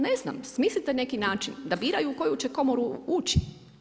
Ne znam, smislite neki način da biraju u koju će komoru ući.